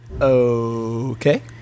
Okay